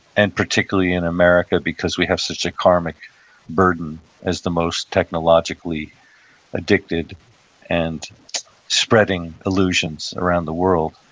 and particularly in america because we have such a karmic burden as the most technologically addicted and spreading illusions around the world.